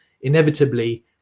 inevitably